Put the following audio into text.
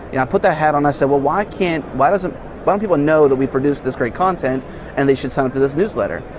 yeah i put that hat on and i said, well, why can't why doesn't why don't people know that we produce this great content and they should sign up to this newsletter?